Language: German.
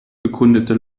bekundete